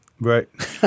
Right